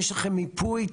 הקצב יישאר כפי שהוא.